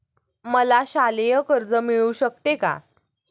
मला शालेय कर्ज मिळू शकते का?